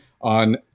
on